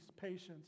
patience